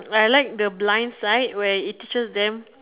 I like the blind side where it teach them